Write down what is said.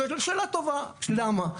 שאלה טובה, למה.